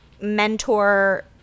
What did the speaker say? mentor